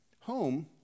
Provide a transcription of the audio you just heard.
Home